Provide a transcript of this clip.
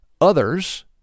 Others